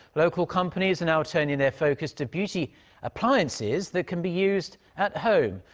local companies are now turning their focus to beauty appliances that can be used at home.